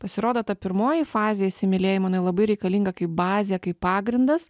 pasirodo ta pirmoji fazė įsimylėjimo jinai labai reikalinga kaip bazė kaip pagrindas